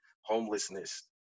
Homelessness